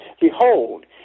Behold